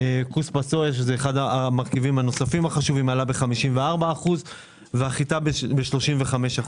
--- שזה אחד המרכיבים החשובים עלה ב-54% והחיטה ב-35%.